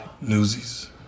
Newsies